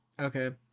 Okay